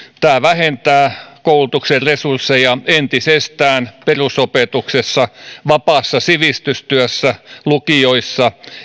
tämä vähentää koulutuksen resursseja entisestään perusopetuksessa vapaassa sivistystyössä lukioissa